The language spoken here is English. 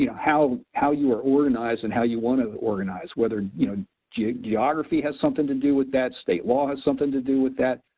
you know how how you are organized and how you wanna organize, whether you know yeah geography has something to do with that, state law has something to do with that,